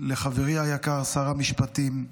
לחברי היקר שר המשפטים,